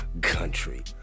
country